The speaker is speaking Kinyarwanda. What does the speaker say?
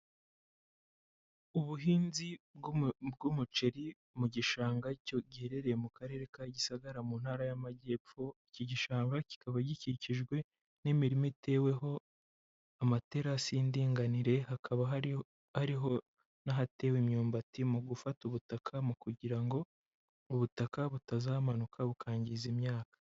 Ubuhinzi bw'umuceri mu gishanga giherereye mu karere ka Gisagara mu ntara y'amajyepfo, iki gishanga kikaba gikikijwe n'imirima iteweho amaterasi y'indinganire, hakaba hariho n'ahatewe imyumbati, mu gufata ubutaka, mu kugira ngo ubutaka butazamanuka bukangiza imyaka.